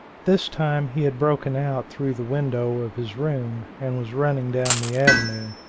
this time he had broken out through the window of his room, and was running down the avenue.